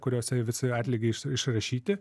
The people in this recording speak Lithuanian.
kuriose visi atlygiai iš išrašyti